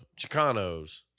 Chicanos